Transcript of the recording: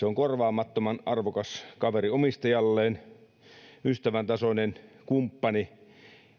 on korvaamattoman arvokas kaveri omistajalleen ystävän tasoinen kumppani